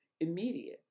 immediate